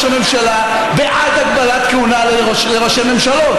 הממשלה בעד הגבלת כהונה לראשי ממשלות.